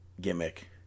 gimmick